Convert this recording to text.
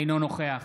אינו נוכח